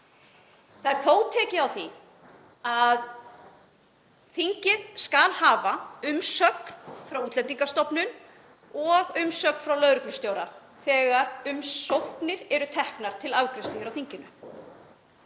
Þó er tekið á því að þingið skuli hafa umsögn frá Útlendingastofnun og umsögn frá lögreglustjóra þegar umsóknir eru teknar til afgreiðslu hér á þinginu.